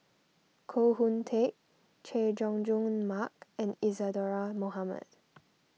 Koh Hoon Teck Chay Jung Jun Mark and Isadhora Mohamed